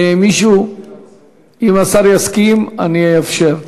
אם השר יסכים, אני אאפשר.